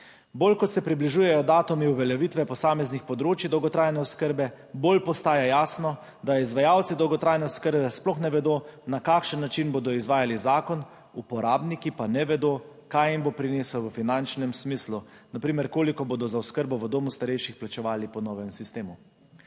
Bolj ko se približujejo datumi uveljavitve posameznih področij dolgotrajne oskrbe, bolj postaja jasno, da izvajalci dolgotrajne oskrbe sploh ne vedo na kakšen način bodo izvajali zakon, uporabniki pa ne vedo kaj jim bo prinesel v finančnem smislu, na primer, koliko bodo za oskrbo v domu starejših plačevali po novem sistemu.